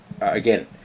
again